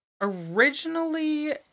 originally